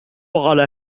على